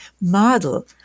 model